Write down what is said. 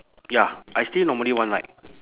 ya I stay normally one night